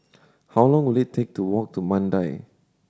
how long will it take to walk to Mandai